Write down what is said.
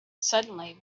suddenly